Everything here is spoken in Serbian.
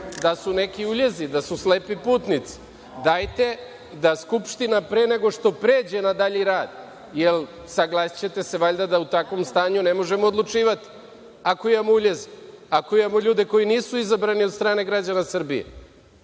da su neki uljezi, da su slepi putnici. Dajte da Skupština, pre nego što pređe na dalji rad, jer saglasićete se valjda da u takvom stanju ne možemo odlučivati, ako imamo uljeza, ako imamo ljude koji nisu izabrani od strane građana Srbije,